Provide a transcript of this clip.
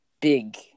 big